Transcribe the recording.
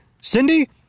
Cindy